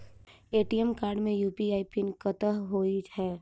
ATM card मे UPI PIN कतह होइ है?